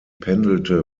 pendelte